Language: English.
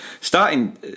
Starting